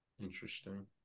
Interesting